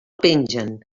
pengen